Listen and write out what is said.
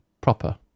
proper